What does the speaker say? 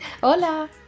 Hola